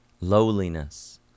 lowliness